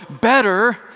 better